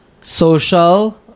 social